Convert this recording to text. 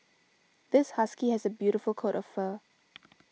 this husky has a beautiful coat of fur